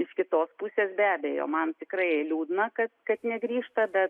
iš kitos pusės be abejo man tikrai liūdna kad kad negrįžta bet